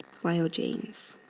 ah genes.